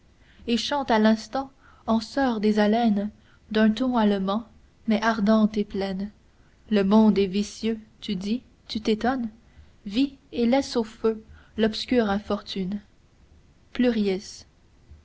et chante à l'instant en soeur des haleines d'un ton allemand mais ardente et pleine le monde est vicieux tu dis tu t'étonnes vis et laisse au feu l'obscure infortune pluries